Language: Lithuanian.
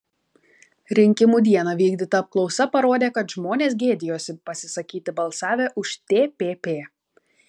rinkimų dieną vykdyta apklausa parodė kad žmonės gėdijosi pasisakyti balsavę už tpp